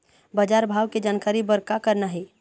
बजार भाव के जानकारी बर का करना हे?